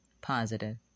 positive